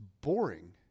boring